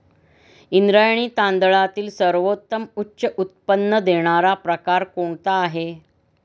इंद्रायणी तांदळातील सर्वोत्तम उच्च उत्पन्न देणारा प्रकार कोणता आहे?